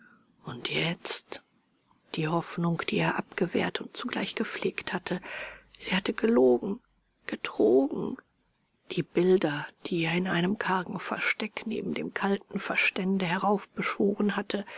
und jetzt die hoffnung die er abgewehrt und zugleich gepflegt hatte sie hatte gelogen getrogen die bilder die er in einem kargen versteck neben dem kalten verstände heraufbeschworen hatte